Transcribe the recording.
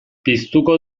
piztuko